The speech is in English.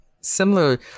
Similar